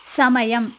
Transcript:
సమయం